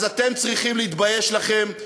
אז אתם צריכים להתבייש לכם,